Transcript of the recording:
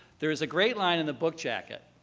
there is a great line in the book jacket,